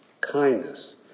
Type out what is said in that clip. kindness